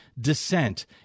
dissent